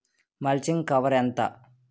Mulching cover ఎంత?